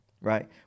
right